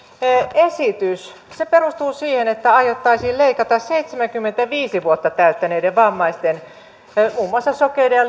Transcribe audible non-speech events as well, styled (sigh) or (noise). esitys perustuu siihen että aiottaisiin leikata seitsemänkymmentäviisi vuotta täyttäneitten vammaisten muun muassa sokeiden ja (unintelligible)